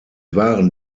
waren